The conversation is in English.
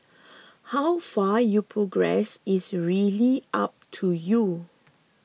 how far you progress is really up to you